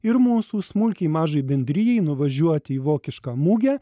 ir mūsų smulkiai mažai bendrijai nuvažiuot į vokišką mugę